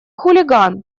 хулиган